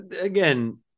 again